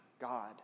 God